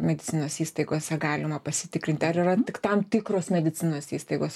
medicinos įstaigose galima pasitikrinti ar yra tik tam tikros medicinos įstaigos